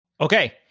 Okay